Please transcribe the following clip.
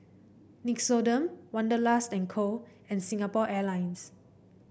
Nixoderm Wanderlust and Co and Singapore Airlines